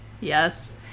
Yes